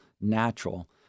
natural